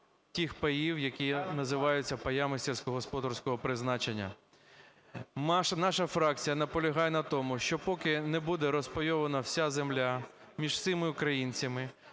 тих паїв, які називаються "паями сільськогосподарського призначення". Наша фракція наполягає на тому, що, поки не буде розпайована вся земля між всіма українцями,